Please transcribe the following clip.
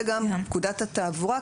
וגם פקודת התעבורה,